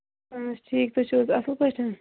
اَہن حظ ٹھیٖک تُہۍ چھِوحظ اَصٕل پٲٹھۍ